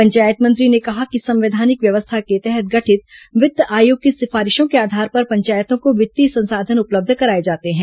पंचायत मंत्री ने कहा कि संवैधानिक व्यवस्था के तहत गठित वित्त आयोग की सिफारिशों के आधार पर पंचायतों को वित्तीय संसाधन उपलब्ध कराए जाते हैं